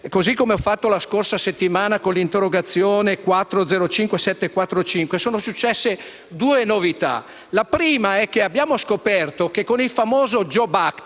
così come ho fatto la scorsa settimana con l'interrogazione 4-05745, perché sono successe due novità. La prima è che abbiamo scoperto che, con il famoso *jobs act*